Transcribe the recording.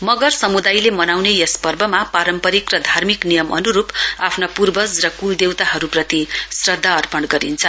मगर समुदायले मनाउने यस पर्वमा पारम्परिक र धार्मिक नियम अनरूप आफ्ना पूर्वज र कुलदेवताहरूप्रति श्रद्धा अर्पण गरिन्छ